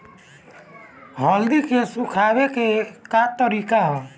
हल्दी के सुखावे के का तरीका ह?